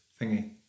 thingy